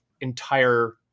entire